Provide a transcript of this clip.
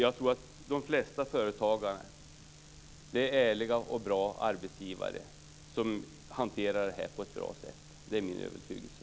Jag tror att de flesta företagare är ärliga och bra arbetsgivare som hanterar det här på ett bra sätt. Det är min övertygelse.